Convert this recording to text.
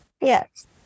Yes